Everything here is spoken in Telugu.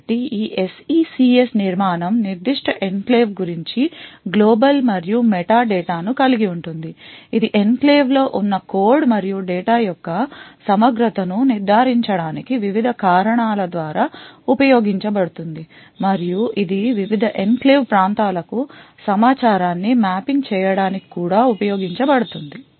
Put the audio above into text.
కాబట్టి ఈ SECS నిర్మాణం నిర్దిష్ట ఎన్క్లేవ్ గురించి గ్లోబల్ మరియు మెటా డేటా ను కలిగి ఉంటుంది ఇది ఎన్క్లేవ్లో ఉన్న కోడ్ మరియు డేటా యొక్క సమగ్రతను నిర్ధారించడానికి వివిధ కారణాల ద్వారా ఉపయోగించబడుతుంది మరియు ఇది వివిధ ఎన్క్లేవ్ ప్రాంతాలకు సమాచారాన్ని మ్యాపింగ్ చేయడానికి కూడా ఉపయోగించబడుతుంది